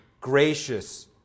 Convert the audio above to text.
gracious